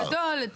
בגדול,